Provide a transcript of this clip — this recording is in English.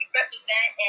represent